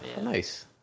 Nice